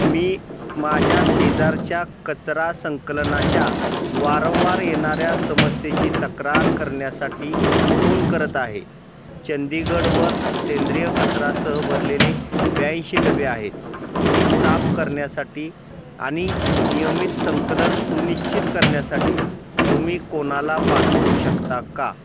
मी माझ्या शेजारच्या कचरा संकलनाच्या वारंवार येणाऱ्या समस्येची तक्रार करण्यासाठी फोन करत आहे चंदीगडवर सेंद्रिय कचरासह भरलेले ब्याऐंशी डबे आहेत ती साफ करण्यासाठी आणि नियमित संकलन सुनिश्चित करण्यासाठी तुम्ही कोणाला पाठवू शकता का